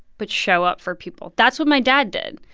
but show up for people. that's what my dad did.